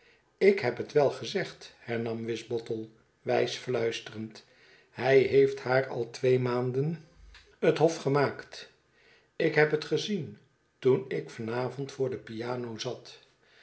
ik heb het wel gezegd hernam wisbottle wijs fluisterend hij heeft haar al twee maanden het hof gemaakt ik heb het gezien toen ik van avond voor de piano zat